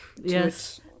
Yes